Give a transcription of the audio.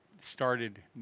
started